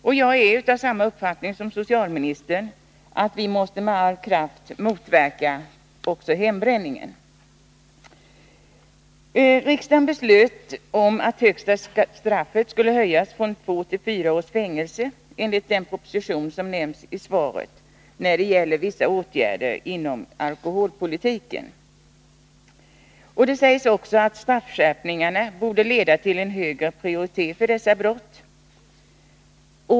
Och jag är av samma uppfattning som socialministern, att vi med all kraft måste motverka också hembränningen. Riksdagen beslöt att högsta straffet skulle höjas från två till fyra års fängelse, enligt den proposition som nämns i svaret när det gäller vissa åtgärder inom alkoholpolitiken. Det sägs också att straffskärpningarna borde leda till en högre prioritet för dessa brott.